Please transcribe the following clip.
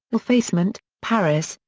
l'effacement, paris,